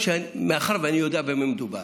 מאחר שאני יודע במה מדובר.